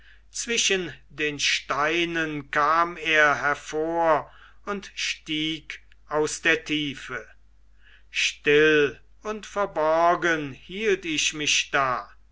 zwischen den steinen kam er hervor und stieg aus der tiefe still und verborgen hielt ich mich da